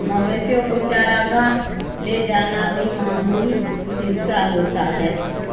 مویشیوں کو چاراگاہ لے جانا بھی معمول حصہ ہوتا ہے